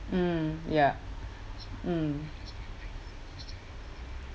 mm ya mm